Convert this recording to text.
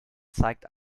zeigt